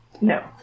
No